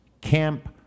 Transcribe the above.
Camp